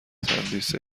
تندیس